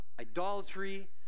idolatry